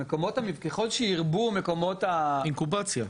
סוג של אינקובציה.